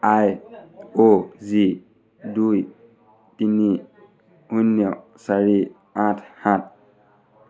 আই O G দুই তিনি শূন্য চাৰি আঠ সাত